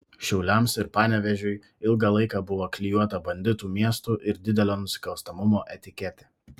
šiauliams ir panevėžiui ilgą laiką buvo klijuota banditų miestų ir didelio nusikalstamumo etiketė